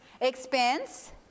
expense